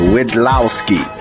Widlowski